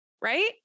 right